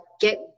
get